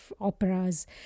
operas